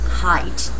height